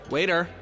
Waiter